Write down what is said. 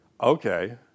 Okay